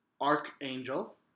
Archangel